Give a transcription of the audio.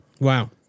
wow